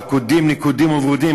"עקודים נקודים וברודים".